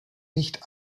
nicht